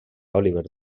oliver